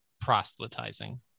proselytizing